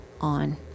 on